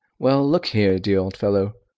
well, look here, dear old fellow.